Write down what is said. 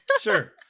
sure